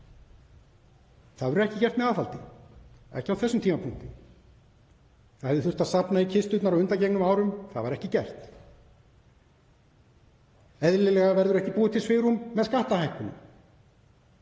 Það verður ekki gert með aðhaldi, ekki á þessum tímapunkti. Það hefði þurft að safna í kisturnar á undangengnum árum og það var ekki gert. Eðlilega verður ekki búið til svigrúm með skattahækkunum.